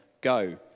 go